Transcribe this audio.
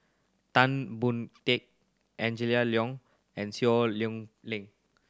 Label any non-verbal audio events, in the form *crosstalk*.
Tan Boon Teik Angela Liong and Seow *unintelligible* Lei